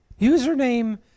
Username